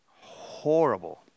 horrible